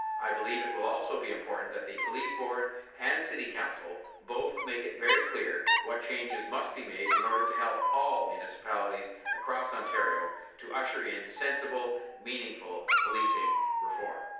i believe it will also be important that the police board and city council both make it very clear what changes must be made in order to help all municipalities across ontario to usher in sensible meaningful policing reform.